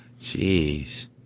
Jeez